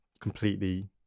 completely